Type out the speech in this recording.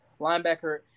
Linebacker